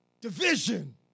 division